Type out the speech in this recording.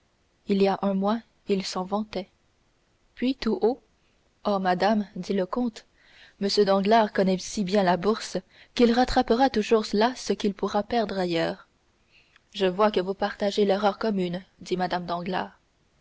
il y a un mois il s'en vantait puis tout haut oh madame dit le comte m danglars connaît si bien la bourse qu'il rattrapera toujours là ce qu'il pourra perdre ailleurs je vois que vous partagez l'erreur commune dit mme